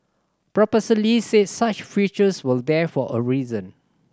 Professor Lee said such features were there for a reason